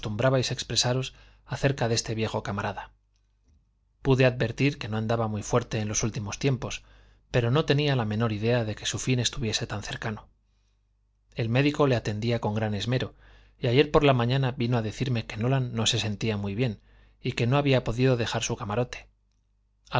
que acostumbrabais expresaros acerca de este viejo camarada pude advertir que no andaba muy fuerte en los últimos tiempos pero no tenía la menor idea de que su fin estuviese tan cercano el médico le atendía con gran esmero y ayer por la mañana vino a decirme que nolan no se sentía muy bien y que no había podido dejar su camarote